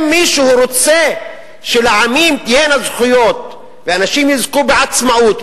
אם מישהו רוצה שלעמים תהיינה זכויות ואנשים יזכו בעצמאות,